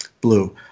Blue